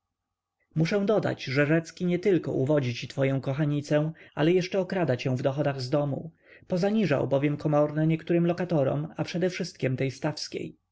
muszę dodać że rzecki nietylko uwodzi ci twoję kochanicę ale jeszcze okrada cię w dochodach z domu pozniżał bowiem komorne niektórym lokatorom a przedewszystkiem tej stawskiej